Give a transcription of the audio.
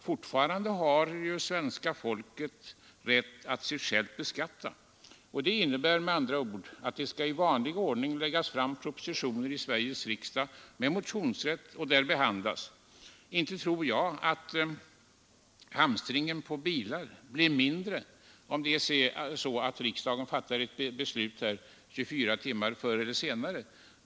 Fortfarande har ju svenska folket rätt att sig självt beskatta, och det innebär med andra ord att propositioner i vanlig ordning skall läggas fram i Sveriges riksdag, med motionsrätt, och där behandlas. Inte tror jag att hamstringen på bilar blir mindre om riksdagen fattar ett beslut 24 timmar tidigare.